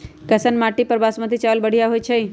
कैसन माटी पर बासमती चावल बढ़िया होई छई?